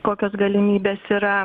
kokios galimybės yra